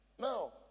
Now